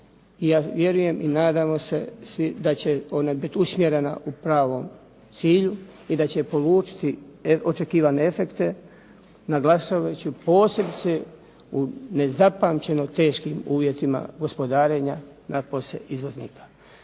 vjerujem i nadamo se svi da će ona bit usmjereni u pravom cilju i da će polučiti očekivane efekte, naglašavajući posebice u nezapamćeno teškim uvjetima gospodarenja napose izvoznika.